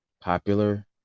popular